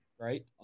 right